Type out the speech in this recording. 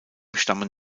stammen